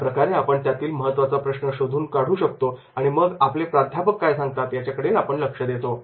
या प्रकारे आपण त्यातील महत्वाचा प्रश्न शोधून काढतो आणि मग आपले प्राध्यापक काय सांगतात याच्या कडे लक्ष देतो